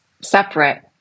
separate